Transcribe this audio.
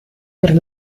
per